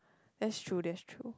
that's true that's true